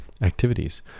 activities